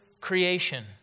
creation